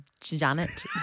Janet